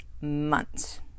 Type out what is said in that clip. months